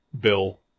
Bill